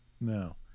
No